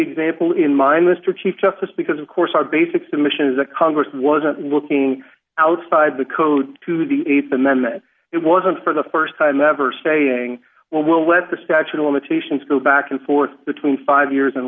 example in mind mr chief justice because of course our basic submission is the congress wasn't looking outside the code to the th amendment it wasn't for the st time ever saying well we'll let the statute of limitations go back and forth between five years